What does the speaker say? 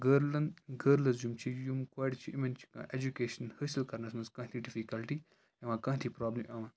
گٔرلن girls یِم چھِ یِم کورِ چھِ یِمَن چھِ کانٛہہ اٮ۪جُکیشَن حٲصِل کَرنَس منٛز کانٛہہ تہِ ڈِفِکَلٹی یِوان کانٛہہ تہِ پرٛابلِم یِوان